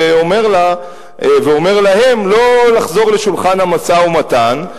ואומר להם לא לחזור לשולחן המשא-ומתן,